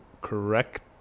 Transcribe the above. correct